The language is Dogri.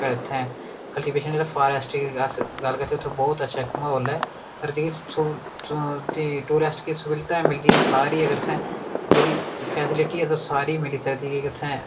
उत्थें कल्टीवेशन जेह्ड़ा फारेस्ट दी अस गल्ल करचै उत्थें बोह्त अच्छा म्हौल ऐ टूरेस्ट दी सुविधा मिलदी सारी अगर तुसें जेह्ड़ी फैसिलिटी ऐ तुसें सारी मिली सकदी उत्थैं